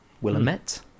Willamette